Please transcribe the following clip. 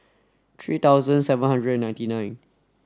three thousand seven hundred ninety nine